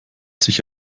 sich